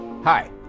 Hi